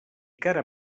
cara